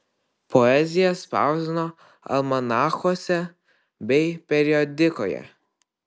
poeziją spausdino almanachuose bei periodikoje